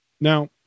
Now